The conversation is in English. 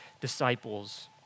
disciples